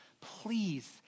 please